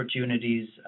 opportunities